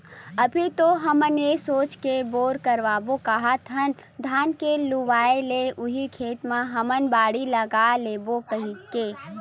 अभी तो हमन ये सोच के बोर करवाबो काहत हन धान के लुवाय ले उही खेत म हमन बाड़ी लगा लेबो कहिके